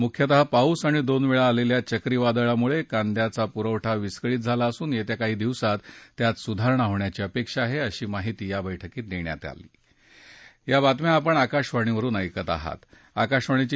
मुख्यतः पाऊस आणि दोन वेळा आलेल्या चक्रीवादळामुळे कांद्याचा पुरवठा विस्कळीत झाला असून येत्या काही दिवसात त्यात सुधारणा होण्याची अपेक्षा आहे अशी माहिती या बैठकीत देण्यात आली